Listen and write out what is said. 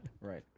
right